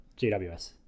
GWS